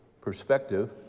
perspective